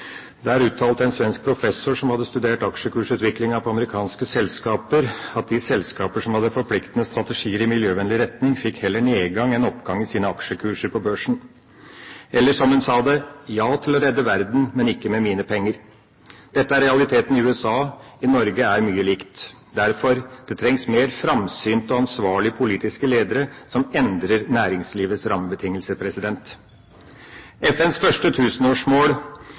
Der uttalte en svensk professor som hadde studert aksjekursutviklingen i amerikanske selskaper, at de selskaper som hadde forpliktende strategier i miljøvennlig retning, heller fikk nedgang enn oppgang i sine aksjekurser på børsen. Eller som hun sa det: Ja til å redde verden, men ikke med mine penger! Dette er realiteten i USA. I Norge er mye likt. Derfor: Det trengs mer framsynte og ansvarlige politiske ledere som endrer næringslivets rammebetingelser! FNs første tusenårsmål,